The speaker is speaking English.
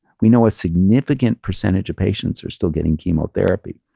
we know a significant percentage of patients are still getting chemotherapy.